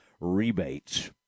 rebates